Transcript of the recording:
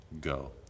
go